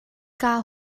kaa